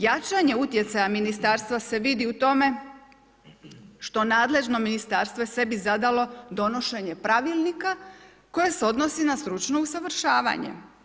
Jačanje utjecaja ministarstva se vidi u tome što nadležno ministarstvo je sebi zadalo donošenje pravilnika koje se odnosi na stručno usavršavanje.